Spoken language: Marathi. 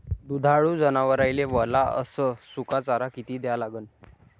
दुधाळू जनावराइले वला अस सुका चारा किती द्या लागन?